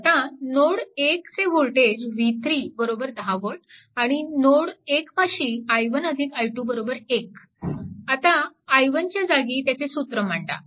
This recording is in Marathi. आता नोड 1 चे वोल्टेज v3 10V आणि नोड 1 पाशी i1 i2 1 आता i1 च्या जागी त्याचे सूत्र मांडा